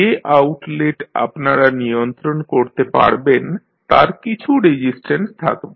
যে আউটলেট আপনারা নিয়ন্ত্রণ করতে পারবেন তার কিছু রেজিস্ট্যান্স R থাকবে